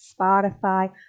Spotify